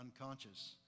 unconscious